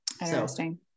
Interesting